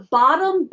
bottom